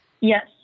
Yes